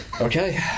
Okay